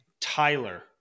Tyler